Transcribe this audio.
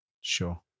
Sure